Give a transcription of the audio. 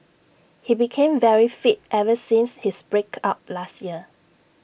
he became very fit ever since his break up last year